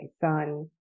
son